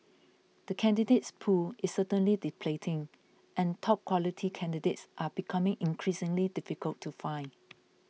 the candidates pool is certainly depleting and top quality candidates are becoming increasingly difficult to find